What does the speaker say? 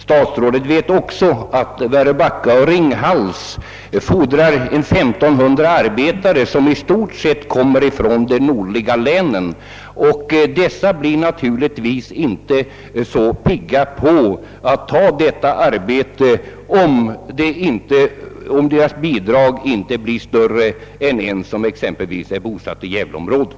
Statsrådet vet också att Väröbacka och Ringhals fordrar cirka 1 500 arbetare, som i stort sett kommer från de nordliga länen. Dessa är naturligtvis inte så pigga på att ta detta arbete, om deras bidrag inte blir större än det som utgår till en som är bosatt i exempelvis gävleområdet.